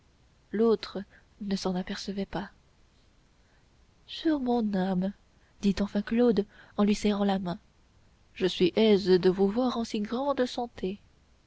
l'autre ne s'en apercevait pas sur mon âme dit enfin claude en lui serrant la main je suis aise de vous voir en si grande santé